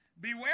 Beware